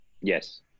Yes